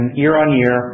year-on-year